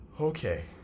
Okay